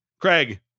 Craig